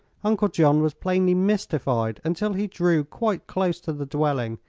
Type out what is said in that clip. uncle john was plainly mystified until he drew quite close to the dwelling,